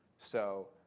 so